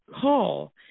call